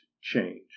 change